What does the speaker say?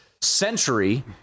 century